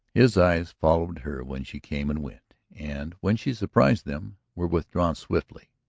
his eyes followed her when she came and went, and, when she surprised them, were withdrawn swiftly,